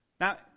Now